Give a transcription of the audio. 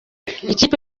ikipe